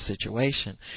situation